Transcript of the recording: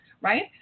right